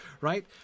right